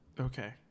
Okay